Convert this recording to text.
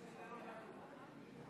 תודה רבה, אדוני